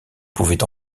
pouvait